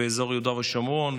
באזור יהודה ושומרון,